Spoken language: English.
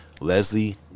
Leslie